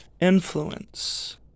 influence